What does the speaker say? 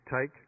take